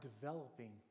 developing